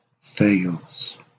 fails